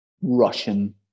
Russian